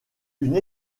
une